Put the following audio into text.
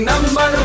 Number